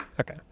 okay